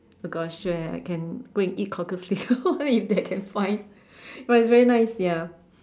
oh gosh swear I can go and eat cockles right now if I can find but it's very nice ya